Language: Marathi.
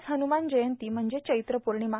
आज हनुमान जयंती म्हणजे चैत्रपौर्णिमा